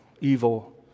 evil